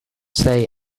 say